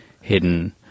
hidden